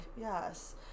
Yes